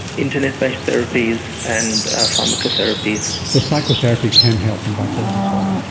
internet-based therapies, and pharmacotherapies. so psychotherapy can help in bipolar disorder?